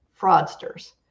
fraudsters